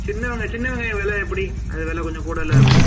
சின்ன வெங்காயம் சின்ன வெங்காயம் வெலை எப்படி அது வெலை கொஞ்சம் கூடயில்ல இருக்கும்